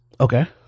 Okay